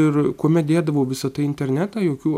ir kuomet dėdavau visą tai į internetą jokių